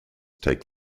take